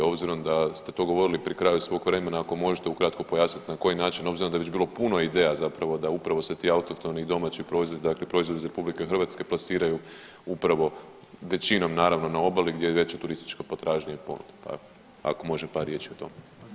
Obzirom da ste to govorili pri kraju svog vremena ako možete ukratko pojasnit na koji način obzirom da je već bilo puno ideja da upravo se ti autohtoni domaći proizvodi dakle proizvodi iz RH plasiraju upravo većinom naravno na obali gdje je veća turistička potražnja i ponuda, pa ako može par riječi o tome.